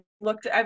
looked